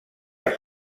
els